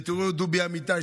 ותראו את דובי אמיתי,